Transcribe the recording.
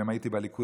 אם הייתי בליכוד,